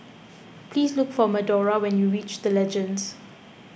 please look for Medora when you reach the Legends